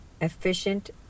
efficient